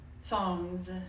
songs